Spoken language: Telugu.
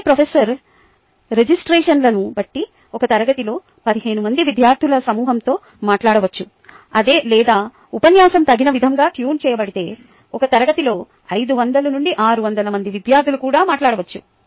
అదే ప్రొఫెసర్ రిజిస్ట్రేషన్లను బట్టి ఒక తరగతిలో 15 మంది విద్యార్థుల సమూహంతో మాట్లాడవచ్చు లేదా ఉపన్యాసం తగిన విధంగా ట్యూన్ చేయబడితే ఒక తరగతిలో 500 600 మంది విద్యార్థులు కూడా మాట్లాడవచ్చు